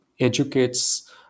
educates